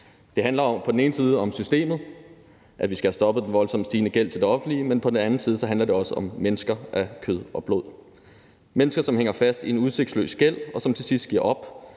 Det handler på den ene side om systemet – at vi skal have stoppet den voldsomt stigende gæld til det offentlige. Men på den anden side handler det også om mennesker af kød og blod. Det er mennesker, som hænger fast i en udsigtsløs gæld, og som til sidst giver op.